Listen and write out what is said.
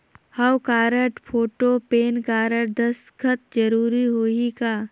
हव card, photo, PAN card, दस्खत जरूरी होही का?